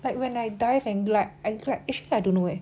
but when I dive and glide I feel like actually I don't know eh